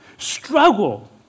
struggle